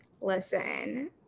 listen